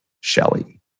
Shelley